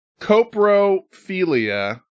Coprophilia